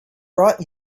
brought